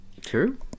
True